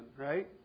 right